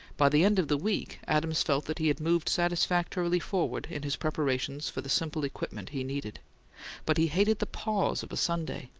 by the end of the week, adams felt that he had moved satisfactorily forward in his preparations for the simple equipment he needed but he hated the pause of sunday.